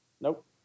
Nope